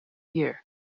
year